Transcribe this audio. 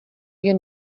jen